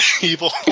evil